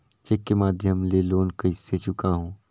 Cheque के माध्यम ले लोन कइसे चुकांव?